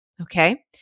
Okay